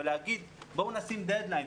ולהגיד: בואו נשים דד ליין,